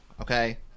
okay